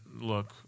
look